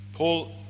Paul